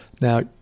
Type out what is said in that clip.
Now